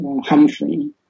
Humphrey